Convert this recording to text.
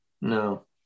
no